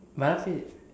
Banafee